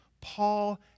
paul